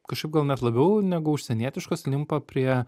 kažkaip gal net labiau negu užsienietiškos limpa prie